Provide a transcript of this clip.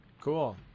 Cool